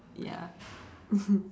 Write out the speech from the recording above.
ya